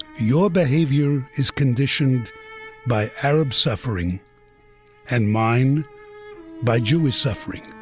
your behavior is conditioned by arab suffering and mine by jewish suffering.